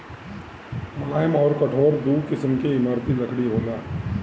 मुलायम अउर कठोर दू किसिम के इमारती लकड़ी होला